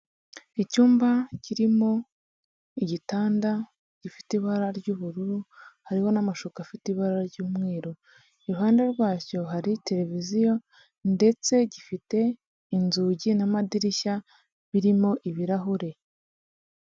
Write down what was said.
Icyumba kirimo igitanda gifite ibara ry'ubururu, hariho n'amashuka afite ibara ry'umweru. Iruhande rwacyo hari televiziyo ndetse gifite inzugi n'amadirishya birimo ibirahure.